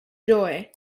joy